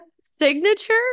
Signature